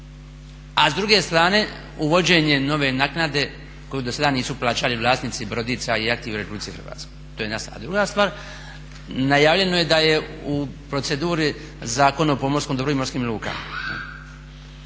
a s druge strane uvođenje nove naknade koju dosada nisu plaćali vlasnici brodica i jahti u RH to je jedna stvar. A druga stvar, najavljeno je da je u proceduri Zakon o pomorskom dobru i morskim lukama,